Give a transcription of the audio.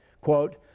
quote